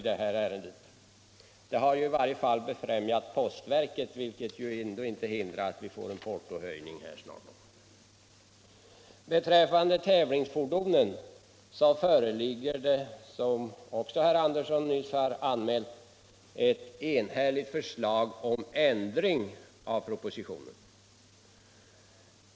Det har ju i varje fall främjat postens verksamhet, vilket inte hindrar att vi snart får en portohöjning! Beträffande tävlingsfordon föreligger det, som herr Andersson i Södertälje nyss anmält, ett enhälligt förslag om ändring av propositionen.